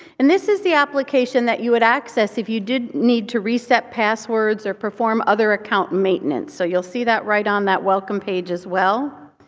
and this is the application that you would access if you did need to re-set passwords or perform other account maintenance. so you'll see that right on that welcome page as well.